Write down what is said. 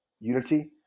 unity